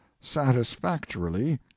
satisfactorily